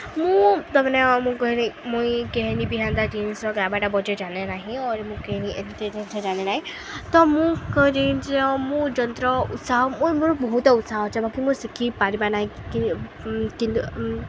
ମୁଁ ତାମାନେ ମୁଁ ମୁଇଁ କେହିନି ବି ହେନ୍ତା ଜିନିଷ ଲଗାବାଟା ବଜେ ଜାନେ ନାହିଁ ଓ ରି ମୁଁ କେହିନି ଏମିତି ଜିନିଷ ଜାଣେ ନାହିଁ ତ ମୁଁ ଜିନିଷ ମୁଁ ଯନ୍ତ୍ର ଉତ୍ସାହ ମୁ ମୋର ବହୁତ ଉତ୍ସାହ ଅଛେ ଯେ ବାକି ମୁଁ ଶିଖିପାରିବା ନାହିଁ କିନ୍ତୁ